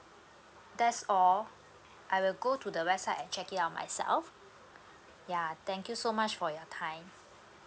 that's all I will go to the website and check it out myself yeah thank you so much for your time